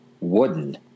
wooden